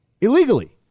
illegally